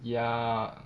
ya